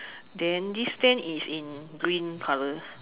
then this stand is in green color